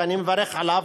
ואני מברך עליו,